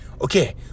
Okay